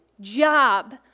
job